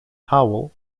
howell